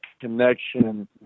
connection